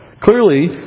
Clearly